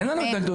אין לנו התנגדות.